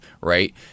right